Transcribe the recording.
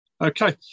Okay